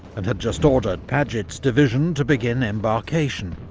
and had just ordered paget's division to begin embarkation.